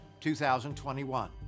2021